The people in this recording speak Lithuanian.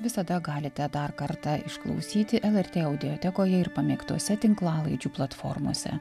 visada galite dar kartą išklausyti lrt audiotekoje ir pamėgtose tinklalaidžių platformose